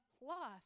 life